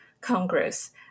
Congress